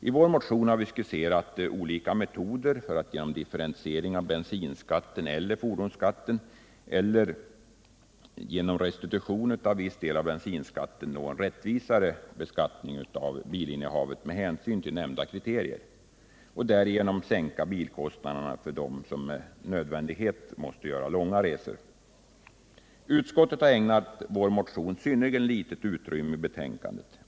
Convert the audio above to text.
I vår motion har vi skisserat olika metoder för att genom en differentiering av bensinskatten eller fordonsskatten eller genom en restitution av viss del av bensinskatten nå en rättvisare beskattning av bilinnehavet med hänsyn till nämnda kriterier och därigenom sänka bilkostnaderna för dem som med nödvändighet måste göra långa resor. Utskottet har ägnat vår motion synnerligen litet utrymme i betänkandet.